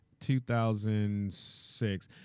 2006